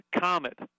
Comet